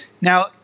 Now